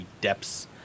depths